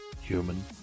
human